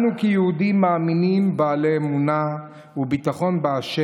אנו כיהודים מאמינים, בעלי אמונה וביטחון בה',